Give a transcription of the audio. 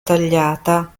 tagliata